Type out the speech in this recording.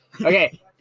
Okay